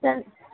त्यहाँ